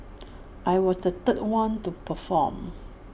I was the third one to perform